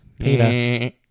Peter